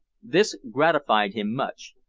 this gratified him much,